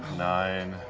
nine,